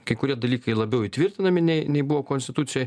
kai kurie dalykai labiau įtvirtinami nei nei nebuvo konstitucijoj